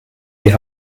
die